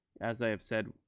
as i have said,